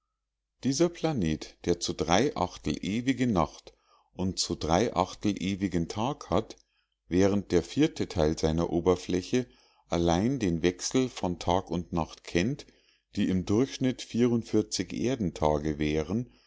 dieser planet der zu ewige nacht und zu ewigen tag hat während der vierte teil seiner oberfläche allein den wechsel von tag und nacht kennt die im durchschnitt erdentage währen